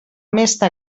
aquesta